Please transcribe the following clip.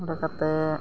ᱚᱸᱰᱮ ᱠᱟᱛᱮᱫ